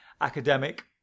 academic